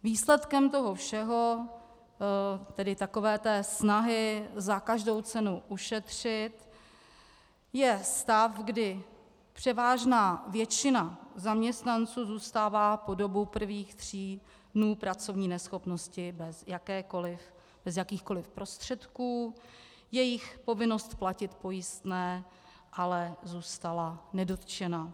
Výsledkem toho všeho, tedy takové té snahy za každou cenu ušetřit, je stav, kdy převážná většina zaměstnanců zůstává po dobu prvních tří dnů pracovní neschopnosti bez jakýchkoli prostředků, jejich povinnost platit pojistné ale zůstala nedotčena.